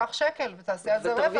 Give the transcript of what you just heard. שתיקח שקל ותעשה על זה רווח.